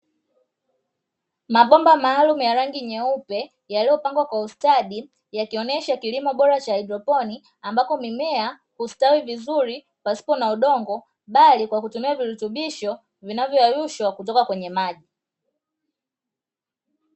Mabomba maalumu ya rangi nyeupe yaliyopangwa kwa ustadi yakionesha kilimo bora cha kihaidroponi, ambako mimea hustawi vizuri pasipo na udongo bali kwa kutumia virutubisho vinavyoyeyushwa kutoka kwenye maji.